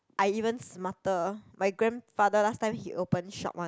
I even smarter my grandfather last time he open shop one